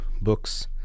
books